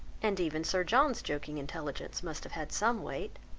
and even sir john's joking intelligence must have had some weight.